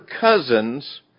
cousins